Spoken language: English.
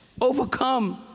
overcome